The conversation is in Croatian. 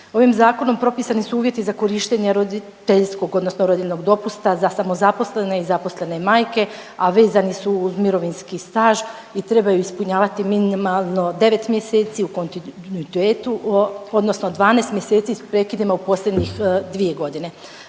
Ovim zakonom propisani su uvjeti za korištenje roditeljskog odnosno rodiljnog dopusta za samozaposlene i zaposlene majke, a vezane su uz mirovinski staž i trebaju ispunjavati minimalno 9 mjeseci u kontinuitetu odnosno 12 mjeseci s prekidima u posljednjih 2 godine.